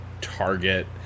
Target